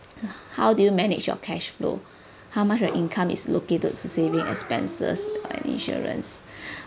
how do you manage your cash flow how much your income is located to saving expenses and insurance